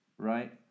Right